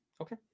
Okay